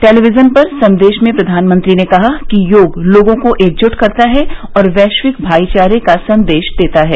television पर संदेश में प्रधानमंत्री ने कहा कि योग लोगों को एकजुट करता है और वैश्विक भाइचारे का संदेश देता है